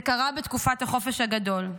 זה קרה בתקופת החופש הגדול.